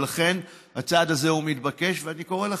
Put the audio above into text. לכן, הצעד הזה הוא מתבקש, ואני קורא לכם,